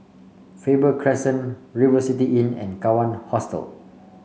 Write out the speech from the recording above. Faber Crescent River City Inn and Kawan Hostel